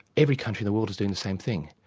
every country in the world is doing the same thing.